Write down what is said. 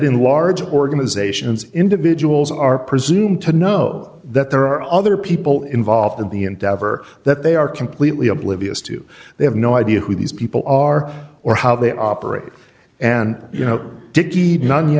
in large organisations individuals are presumed to know that there are other people involved in the endeavor that they are completely oblivious to they have no idea who these people are or how they operate and you know